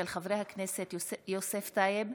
של חברי הכנסת יוסף טייב,